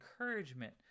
encouragement